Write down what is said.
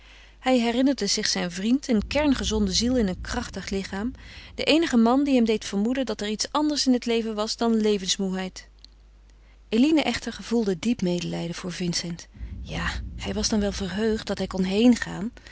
hij herinnerde zich zijn vriend een kerngezonde ziel in een krachtig lichaam de eenige man die hem deed vermoeden dat er iets anders in het leven was dan levensmoêheid eline echter voelde diep medelijden voor vincent ja hij was dan wel verheugd dat hij kon